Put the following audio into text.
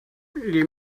les